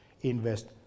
invest